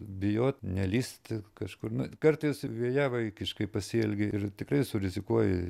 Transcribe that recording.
bijot nelįsti kažkur nu kartais vėjavaikiškai pasielgi ir tikrai surizikuoji